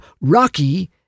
Rocky